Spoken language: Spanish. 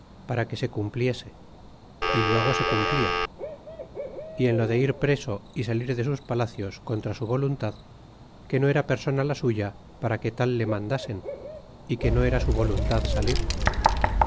para que se cumpliese é luego se cumplia y en lo de ir preso y salir de sus palacios contra su voluntad que no era persona la suya para que tal lo mandasen é que no era su voluntad salir